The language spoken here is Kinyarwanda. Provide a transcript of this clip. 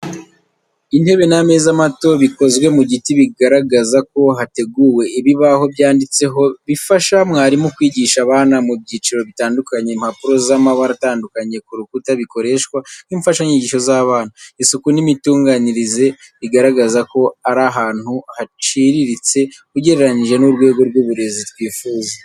Intebe n'ameza mato bikozwe mu giti, bigaragaza ko hateguwe. Ibibaho byanditseho bifasha mwarimu kwigisha abana mu byiciro bitandukanye. Impapuro z’amabara atandukanye ku rukuta bikoreshwa nk'imfashanyigisho z’abana. Isuku n’imitunganyirize bigaragara ko ari ahantu haciriritse ugereranyije n'urwego rw'uburezi twifuza.